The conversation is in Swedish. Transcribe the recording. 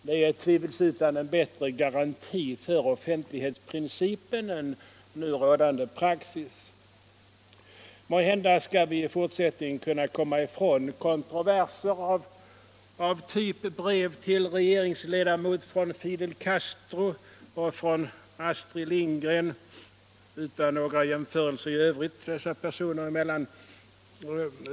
Det är tvivelsutan en bättre garanti för offentlighetsprincipen än nu rådande praxis. Måhända skall vi i fortsättningen kunna komma ifrån kontroverser av typ brev till regeringsledamot från Fidel Castro och från Astrid Lindgren — utan några jämförelser i övrigt dessa personer emellan.